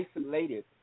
isolated